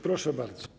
Proszę bardzo.